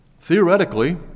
Theoretically